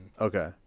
okay